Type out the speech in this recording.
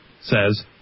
says